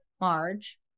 Marge